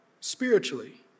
spiritually